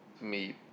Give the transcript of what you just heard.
meet